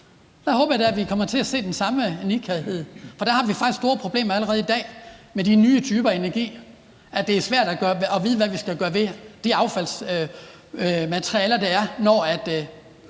jeg da at vi kommer til at se den samme nidkærhed, for der har vi faktisk allerede i dag store problemer med de nye typer af energi, nemlig at det er svært at vide, hvad vi skal gøre ved de affaldsmaterialer, der er, når